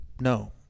no